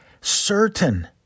certain